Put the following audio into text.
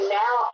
now